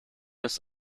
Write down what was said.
ist